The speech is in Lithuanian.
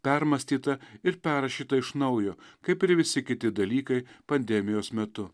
permąstyta ir perrašyta iš naujo kaip ir visi kiti dalykai pandemijos metu